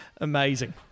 Amazing